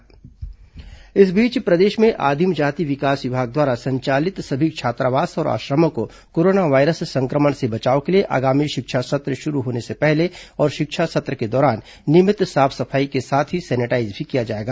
आश्रम छात्रावास सैनिटाईज इस बीच प्रदेश में आदिम जाति विकास विभाग द्वारा संचालित सभी छात्रावास और आश्रमों को कोरोना वायरस सं क्र मण से बचाव के लिए आगामी शिक्षा सत्र शुरू होने से पहले और शिक्षा सत्र के दौरान नियमित साफ सफाई के साथ ही सैनिटाईज भी किया जाएगा